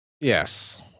Yes